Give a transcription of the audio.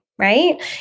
Right